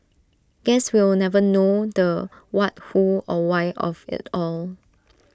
guess we'll never know the what who or why of IT all